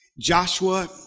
Joshua